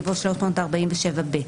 יבוא "347ב".